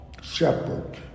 shepherd